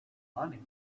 money